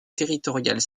territoriales